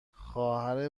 خواهر